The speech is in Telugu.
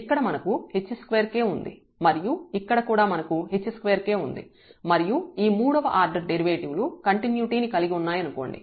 ఇక్కడ మనకు h2k ఉంది మరియు ఇక్కడ కూడా మనకు h2k ఉంది మరియు ఈ మూడవ ఆర్డర్ డెరివేటివ్ లు కంటిన్యుటీ ని కలిగి వున్నాయనుకోండి